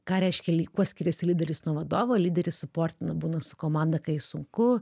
ką reiškia lyg kuo skiriasi lyderis nuo vadovo lyderis suportina būna su komanda kai sunku